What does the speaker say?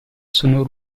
sono